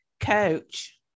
coach